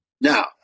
Now